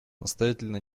настоятельно